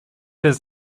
his